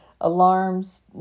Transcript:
Alarms